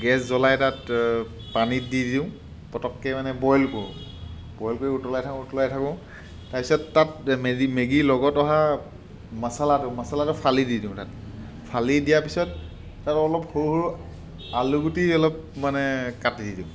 gas জ্বলাই তাত পানীত দি দিওঁ পটককৈ মানে বইল কৰোঁ বইল কৰি উতলাই থাকোঁ উতলাই থাকোঁ তাৰছত তাত মেগী মেগীৰ লগত অহা মছালাটো মছালাটো ফালি দি দিওঁ তাত ফালি দিয়াৰ পিছত তাত অলপ সৰু সৰু আলুগুটি অলপ মানে কাটি দিওঁ